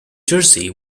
jersey